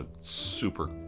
Super